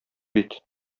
бит